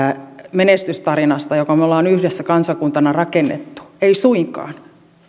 menestystarinasta jonka me olemme yhdessä kansakuntana rakentaneet ei suinkaan